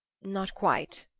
not quite,